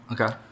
Okay